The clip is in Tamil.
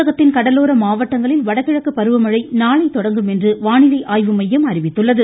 தமிழகத்தின் கடலோர மாவட்டங்களில் வடகிழக்கு பருவமழை நாளை தொடங்கும் என்று வானிலை மையம் அறிவித்துள்ளது